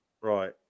Right